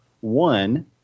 One